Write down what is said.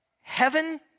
Heaven